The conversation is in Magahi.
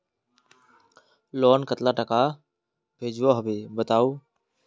लोन कतला टाका भेजुआ होबे बताउ?